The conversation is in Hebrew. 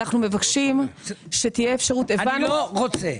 אנחנו מבקשים שתהיה אפשרות --- אני לא רוצה.